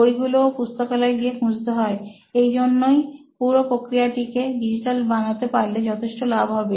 বইগুলোও পুস্তকালয় গিয়ে খুঁজতে হয় এইজন্যই পুরো প্রক্রিয়াটি কে ডিজিটাল বানাতে পারলে যথেষ্ট লাভ হবে